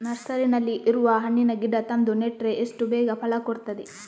ನರ್ಸರಿನಲ್ಲಿ ಇರುವ ಹಣ್ಣಿನ ಗಿಡ ತಂದು ನೆಟ್ರೆ ಎಷ್ಟು ಬೇಗ ಫಲ ಕೊಡ್ತದೆ